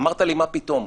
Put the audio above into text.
אמרת לי: מה פתאום?